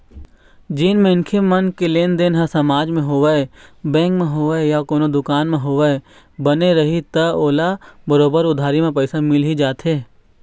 जेन मनखे मन के लेनदेन ह समाज म होवय, बेंक म होवय या कोनो दुकान म होवय, बने रइही त ओला बरोबर उधारी म पइसा मिल ही जाथे